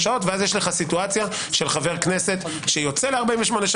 יש פה עיוות כוח שיש לחשוב עליו.